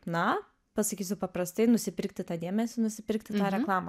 na pasakysiu paprastai nusipirkti tą dėmesį nusipirkti tą reklamą